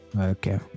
okay